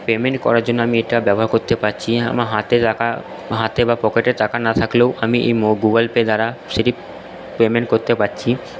payment করার জন্য আমি এটা ব্যবহার করতে পারছি আমার হাতে রাখা হাতে বা পকেটে টাকা না থাকলেও আমি এই গুগল পে দ্বারা সেটি পেমেন্ট করতে পারছি